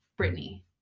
Britney